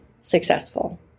successful